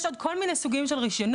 יש עוד כל מיני סוגים של רישיונות,